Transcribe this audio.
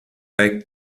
back